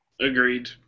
Agreed